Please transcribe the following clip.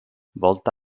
volta